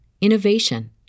innovation